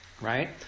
Right